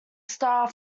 star